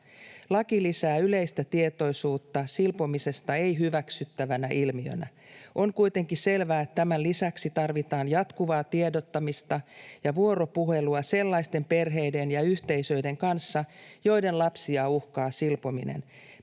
Laki lisää yleistä tietoisuutta silpomisesta ei-hyväksyttävänä ilmiönä. On kuitenkin selvää, että tämän lisäksi tarvitaan jatkuvaa tiedottamista ja vuoropuhelua sellaisten perheiden ja yhteisöjen kanssa, joiden lapsia uhkaa silpominen.